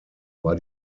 war